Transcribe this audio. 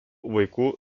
vaikų